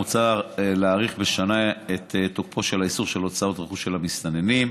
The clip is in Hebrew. מוצע להאריך בשנה את תוקפו של האיסור של הוצאות רכוש של המסתננים.